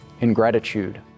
ingratitude